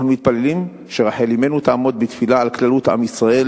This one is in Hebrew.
אנחנו מתפללים שרחל אמנו תעמוד בתפילה על כללות עם ישראל